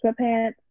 sweatpants